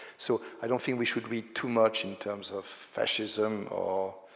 so, i don't think we should read too much in terms of fascism or